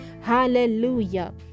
hallelujah